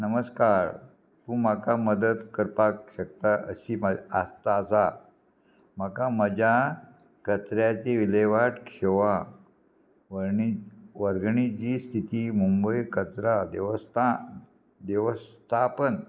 नमस्कार तूं म्हाका मदत करपाक शकता अशी म्हा आस्त आसा म्हाका म्हज्या कचऱ्याची विलेवाट सेवा वर्गणीची स्थिती मुंबय कचरां देवस्थान देवस्थापन